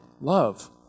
Love